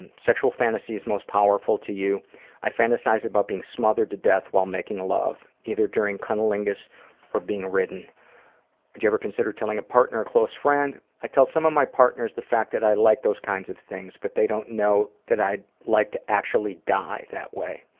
and sexual fantasies most powerful to you i fantasize about being smothered to death while making love, either during cunnilingus or being ridden. would you ever consider telling a partner or close friend? i tell some of my partners the fact that i like those kinds of things but they don't know that i'd like to actually die that way.